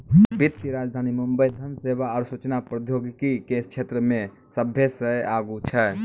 वित्तीय राजधानी मुंबई धन सेवा आरु सूचना प्रौद्योगिकी के क्षेत्रमे सभ्भे से आगू छै